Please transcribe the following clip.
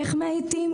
איך מאייתים?